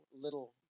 little